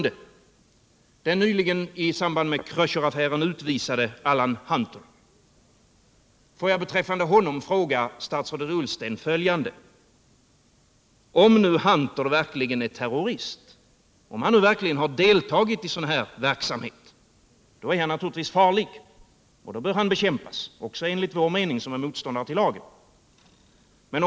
Om den nyligen i samband med Kröcheraffären utvisade Alan Hunter verkligen är terrorist och har deltagit i sådan här verksamhet, är han naturligtvis farlig och bör bekämpas, också enligt oss som är motståndare till lagen.